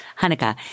Hanukkah